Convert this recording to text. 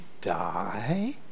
die